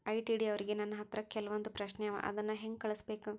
ITD ಅವ್ರಿಗೆ ನನ್ ಹತ್ರ ಕೆಲ್ವೊಂದ್ ಪ್ರಶ್ನೆ ಅವ ಅದನ್ನ ಹೆಂಗ್ ಕಳ್ಸ್ಬೇಕ್?